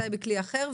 מתי בכלי אחר,